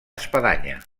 espadanya